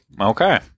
Okay